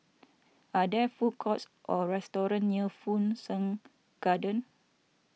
are there food courts or restaurants near Fu Shan Garden